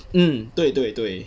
mm 对对对